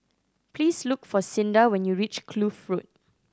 please look for Cinda when you reach Kloof Road